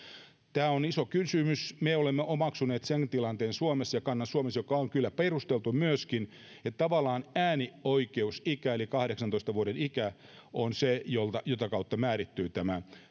tämä on iso kysymys me olemme suomessa omaksuneet sen kannan joka on kyllä perusteltu myöskin että äänioikeusikä eli kahdeksantoista vuoden ikä on se jota kautta määrittyy